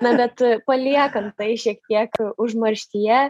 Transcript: na bet paliekant tai šiek tiek užmarštyje